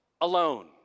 alone